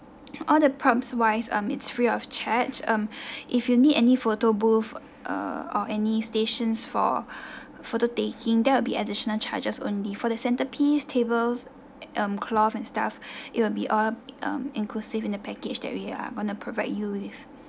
all the props wise um it's free of charge um if you need any photo booth uh or any stations for photo taking there will be additional charges only for the centrepiece tables um cloth and stuff it will be all um inclusive in the package that we are going to provide you with